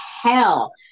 hell